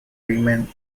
riemann